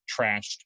trashed